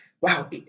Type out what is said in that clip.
wow